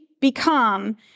become